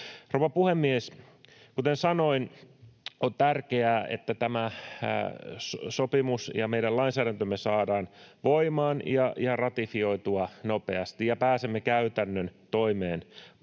Rouva puhemies! Kuten sanoin, on tärkeää, että tämä sopimus ja meidän lainsäädäntömme saadaan voimaan ja ratifioitua nopeasti ja pääsemme käytännön toimeenpanoon.